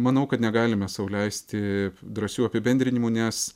manau kad negalime sau leisti drąsių apibendrinimų nes